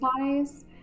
eyes